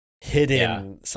hidden